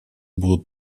будут